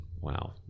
Wow